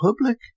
public